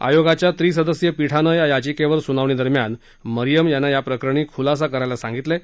आयोगाच्या त्रिसदस्यीय पीठानं या याचिकेवर सुनावणीदरम्यान मरिअम यांना या प्रकरणी खुलासा करायला सांगितलं आहे